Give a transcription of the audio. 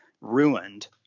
ruined